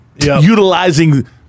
utilizing